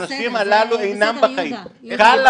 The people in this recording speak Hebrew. האנשים הללו אינם בחיים --- בסדר,